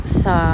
sa